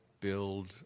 build